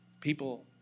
people